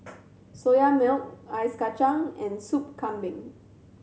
Soya Milk Ice Kachang and Sop Kambing